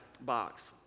box